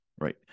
right